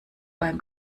beim